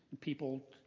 People